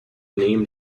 named